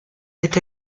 est